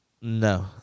No